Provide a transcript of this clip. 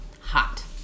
Hot